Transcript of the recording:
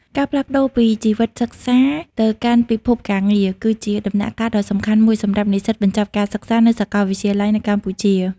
ការផ្លាស់ប្តូរពីជីវិតសិក្សាទៅកាន់ពិភពការងារ គឺជាដំណាក់កាលដ៏សំខាន់មួយសម្រាប់និស្សិតបញ្ចប់ការសិក្សានៅសាកលវិទ្យាល័យនៅកម្ពុជា។